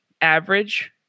average